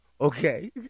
okay